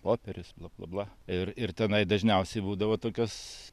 popierius bla bla bla ir ir tenai dažniausiai būdavo tokios